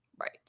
Right